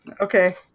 Okay